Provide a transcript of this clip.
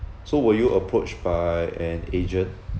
so were you approached by an agent